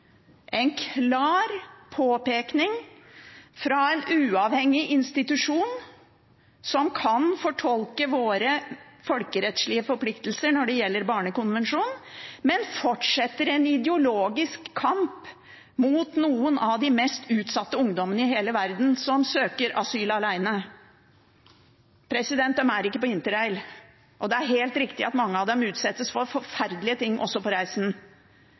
en klar påpekning fra en uavhengig institusjon som kan fortolke våre folkerettslige forpliktelser når det gjelder barnekonvensjonen, men fortsetter en ideologisk kamp mot noen av de mest utsatte ungdommene i hele verden, og som søker asyl alene. De er ikke på interrail, og det er helt riktig at mange av dem utsettes for forferdelige ting også på reisen,